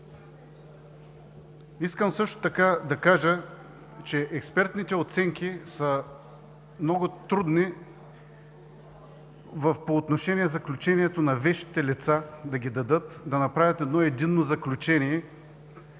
Искам също така да кажа, че експертните оценки са много трудни по отношение заключението на вещите лица да ги дадат, да направят единно заключение,